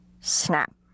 Snap